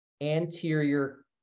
anterior